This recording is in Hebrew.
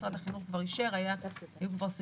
משרד החינוך כבר אישר,